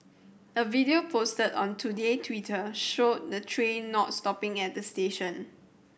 a video posted on Today Twitter showed the train not stopping at the station